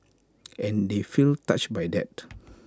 and they feel touched by that